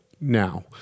now